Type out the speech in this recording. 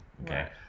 okay